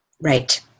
Right